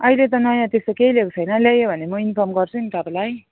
अहिले त नयाँ त्यस्तो केही ल्याएको छैन ल्यायो भने म इन्फर्म गर्छु नि तपाईँलाई